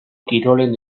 kirolen